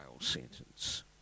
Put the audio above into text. sentence